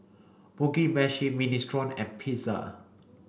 Mugi Meshi Minestrone and Pizza